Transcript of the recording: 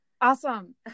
Awesome